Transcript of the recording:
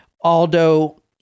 Aldo